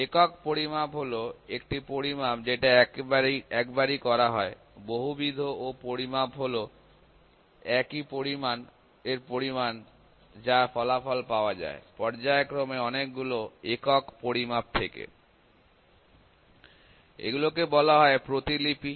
একক পরিমাপ হলো একটি পরিমাপ যেটা একবারই করা হয় বহুবিধ ও পরিমাপ হলো একই পরিমাণ এর পরিমাপ যার ফলাফল পাওয়া যায় পর্যায়ক্রমে অনেকগুলো একক পরিমাপ থেকে এগুলোকে বলা হয় প্রতিলিপি